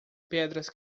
pedras